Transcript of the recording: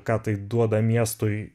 ką tai duoda miestui